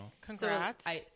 Congrats